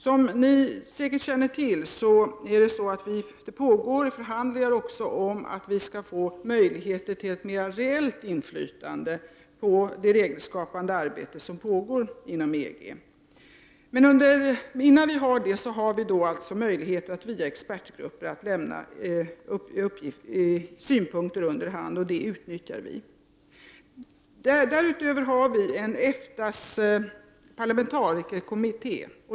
Som ni säkert känner till pågår det förhandlingar om att vi skall få möjligheter till ett mera reellt inflytande på det regelskapande arbete som pågår inom EG. Men just nu har vi möjligheter att via expertgrupper lämna synpunkter under hand, och det utnyttjar vi. Därutöver finns EFTA:s parlamentarikerkommitté.